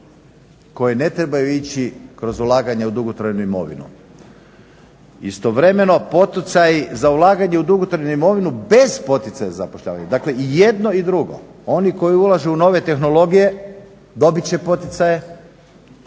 koje ne trebaju ići kroz ulaganja u dugotrajnu imovinu istovremeno poticaji za ulaganja u dugotrajnu imovinu bez poticaja za zapošljavanje, dakle i jedno i drugo, oni koji ulažu u nove tehnologije dobit će poticaje,